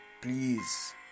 Please